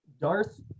Darth